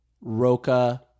Roca